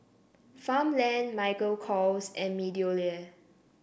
Farmland Michael Kors and MeadowLea